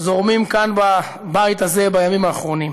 זורמים כאן בבית הזה בימים האחרונים.